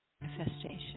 manifestation